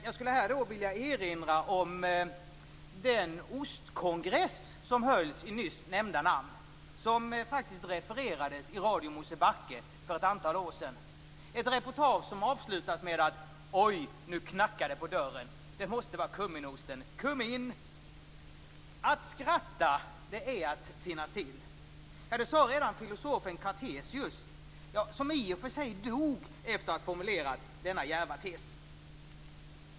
Jag skulle här vilja erinra om den ostkongress som hölls i nyss nämnda land, som faktiskt refererades i Radio Mosebacke för att antal år sedan. Det var ett reportage som avslutades med följande: "Oj, nu knackar det på dörren. Det måste vara kumminosten. Kum in!" Att skratta är att finnas till. Det sade redan filosofen Cartesius, som i och för sig dog efter att ha formulerat denna djärva tes.